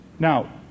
Now